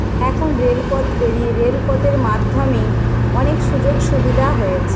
এখন রেলপথ বেরিয়ে রেল পথের মাধ্যমেই অনেক সুযোগ সুবিধা হয়েছে